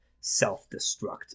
Self-destruct